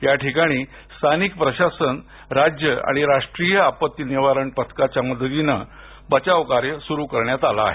याठिकाणी स्थानिक प्रशासन राज्य आणि राष्ट्रीय आपत्ती निवारण पथकाच्या दलांनी बचाव कार्य सुरू केलं आहे